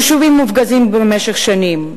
יישובים מופגזים במשך שנים,